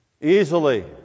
easily